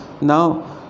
Now